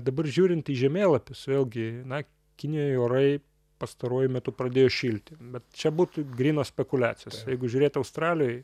dabar žiūrint į žemėlapius vėlgi na kinijoj orai pastaruoju metu pradėjo šilti bet čia būtų grynos spekuliacijos jeigu žiūrėt australijoj